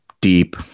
deep